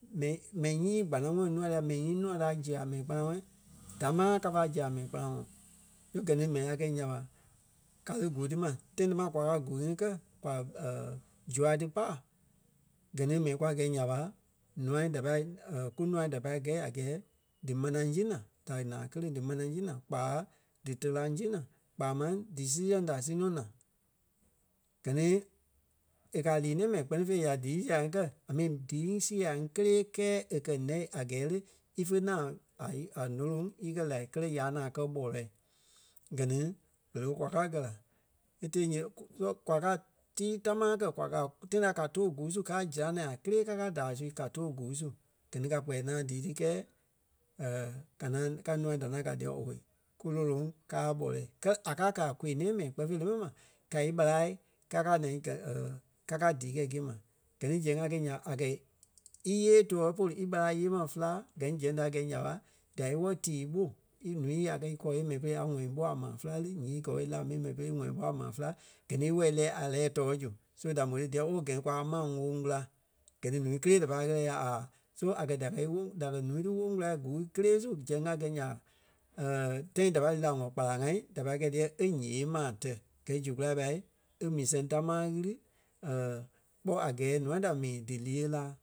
mɛ- mɛni nyii kpanaŋɔɔ nûa dia mɛni nyii nûa da ziɣe a mɛni kpanaŋɔɔ damaa ka fá ziɣe a mɛni kpanaŋɔɔ. So gɛ ni mɛni a kɛi nya ɓa, ka lí gûui ti ma, tãi tamaa kwa kaa gûui ŋí kɛ kwa zûa tí paa gɛ ni mɛni kwa gɛi nya ɓa nûa da pai kunûa da pâi gɛi a gɛɛ dí manaa si naa da naa kéreŋ dí manaa si naa kpaa dí telâŋ si naa kpaa máŋ dí sii sɛŋ da si nɔ naa. Gɛ ni e kɛ̀ a lîi nɛ̃ɛ mɛni kpɛ́ni fêi ya díi saaɓa ŋí kɛ a mi díi sii ŋai ŋí kélee kɛɛ e kɛ̀ ǹɛ a gɛɛ lé ífe ŋaŋ a- í- a- ǹóloŋ íkɛ la kɛ́lɛ ya ŋaŋ kɛ̀ ɓɔlɛɛi. Gɛ ni berei ɓé kwa káa gɛ la. E tée nyiti kú- so kwa kàa tii tamaa kɛ̀ kwa kàa tãi ta ka tòo gûui su ka zinâa kélee kakaa daai su ka tòo gûui su. Gɛ ni ka kpɛɛ ŋaŋ díi tí kɛɛ ka ŋaŋ ka nûa da ŋaŋ gaa díyɛ owei kú lôloŋ kaa ɓɔlɛɛi. Kɛ́lɛ a kàa kaa a kôi-nɛ̃ɛ mɛni kpɛɛ fêi lé mɛni ma ka íɓarâa kakaa ŋaŋ gɛ̀ kakaa díi kɛi gîe ma. Gɛ ni zɛŋ a kɛi nya ɓa a kɛ̀i íyee tɔɔ̂i polu íɓarâa yée ma féla gɛ ni zɛŋ da gɛi nya ɓa da í ŋɔ tíi ɓo í ǹúu ya kɛ̀ íkɔɔ yée mɛi pere a ŋɔ ɓo a maa féla li ǹyee kɔɔ í la mii yée mɛi ṕere ŋɔ ɓo a maa féla gɛ ni íwɔi lɛɛ a lɛ́ɛ tɔɔ zu so da mò tí díyɛ oo gɛ ni kwa maŋ ŋóŋ kula. Gɛ ni ǹúu kélee da pai ɣɛlɛ ya a so a kɛ̀ da pai í ŋóŋ da kɛ̀ ǹúu ti ŋóŋ kula gûui kélee su zɛŋ a gɛi nya ɓa tãi da pâi lí la wɔ̀ kpâlaŋ ŋa da pai kɛi díyɛ é ǹyee maa tɛ̀ gɛ̀i zu kula ɓa é mii sɛŋ támaa ɣili kpɔ́ a gɛɛ ǹûai da mii dí lîi e laa.